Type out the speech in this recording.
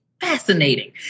fascinating